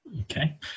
Okay